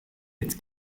its